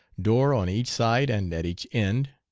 door on each side and at each end,